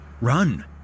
run